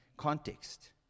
context